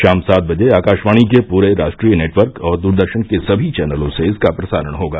शाम सात बजे आकाशवाणी के पूरे राष्ट्रीय नेटवर्क और दूरदर्शन के सभी चैनलों से इसका प्रसारण होगा